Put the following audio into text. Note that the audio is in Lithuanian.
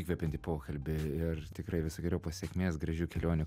įkvepiantį pokalbį ir tikrai visokeriopos sėkmės gražių kelionių